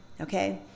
Okay